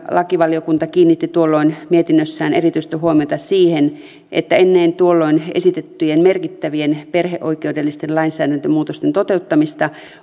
lakivaliokunta kiinnitti tuolloin mietinnössään erityistä huomiota siihen että ennen tuolloin esitettyjen merkittävien perheoikeudellisten lainsäädäntömuutosten toteuttamista